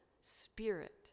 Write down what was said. spirit